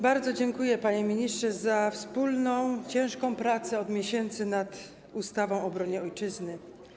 Bardzo dziękuję, panie ministrze, za wspólną, ciężką, trwającą od miesięcy pracę nad ustawą o obronie Ojczyzny.